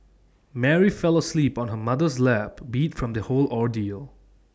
Mary fell asleep on her mother's lap beat from the whole ordeal